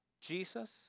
Jesus